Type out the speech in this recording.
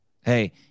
Hey